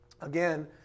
again